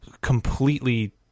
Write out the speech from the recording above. completely